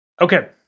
Okay